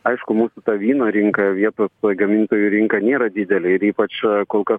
aišku mūsų ta vyno rinka vietos gamintojų rinka nėra didelė ir ypač kol kas